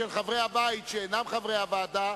של חברי הבית שאינם חברי הוועדה,